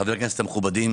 חברי הכנסת המכובדים.